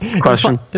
question